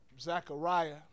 Zechariah